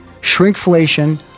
Shrinkflation